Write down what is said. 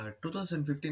2015